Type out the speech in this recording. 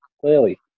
clearly